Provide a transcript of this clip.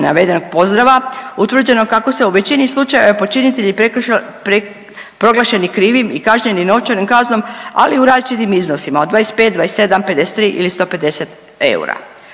navedenog pozdrava utvrđeno kako se u veći slučajeva počinitelji prekršaja proglašeni krivim i kažnjeni novčanim kaznom ali u različitim iznosima od 25, 27, 53 ili 150 eura.